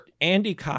Andy